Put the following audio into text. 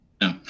No